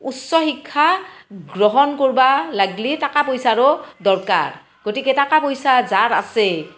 উচ্চ শিক্ষা গ্ৰহণ কৰবা লাগিলে টকা পইচাৰো দৰকাৰ গতিকে টকা পইচা যাৰ আছে